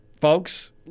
folks